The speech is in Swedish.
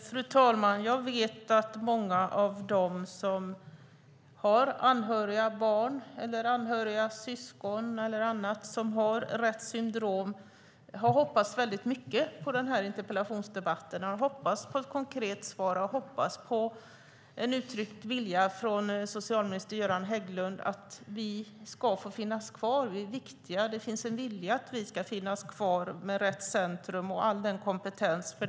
Fru talman! Jag vet att många som har barn, syskon eller andra anhöriga som har Retts syndrom har hoppats mycket på den här interpellationsdebatten. De har hoppats på ett konkret svar och på en uttryckt vilja från socialminister Göran Hägglund att Rett Center ska få finnas kvar med all den kompetens som finns där.